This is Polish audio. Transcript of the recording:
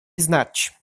znać